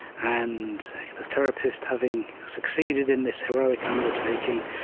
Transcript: and the therapist, having succeeded in this heroic undertaking,